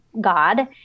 God